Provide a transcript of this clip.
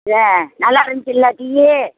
ஏன் நல்லாயிருந்துச்சில்ல டீ